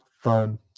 fun